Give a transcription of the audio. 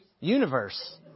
Universe